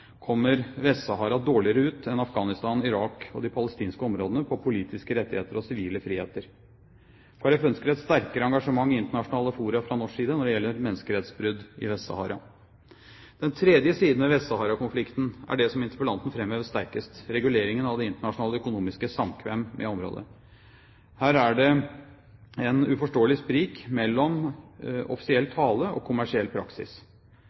kommer Vest-Sahara dårligere ut enn Afghanistan, Irak og de palestinske områdene når det gjelder politiske rettigheter og sivile friheter. Kristelig Folkeparti ønsker et sterkere engasjement i internasjonale fora fra norsk side når det gjelder menneskerettsbrudd i Vest-Sahara. Den tredje siden ved Vest-Sahara-konflikten er det som interpellanten framhevet sterkest: reguleringen av det internasjonale økonomiske samkvem med området. Her er det en uforståelig sprik mellom offisiell tale og kommersiell praksis.